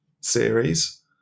series